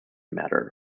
matter